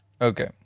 Okay